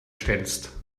stellst